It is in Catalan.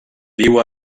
viu